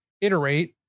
iterate